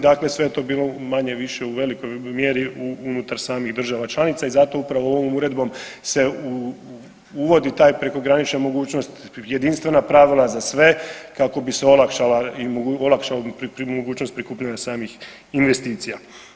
Dakle, sve je to bilo manje-više u velikoj mjeri unutar samih država članica i zato upravo ovom uredbom se uvodi ta prekogranična mogućnost, jedinstvena pravila za sve kako bi se olakšala mogućnost prikupljanja samih investicija.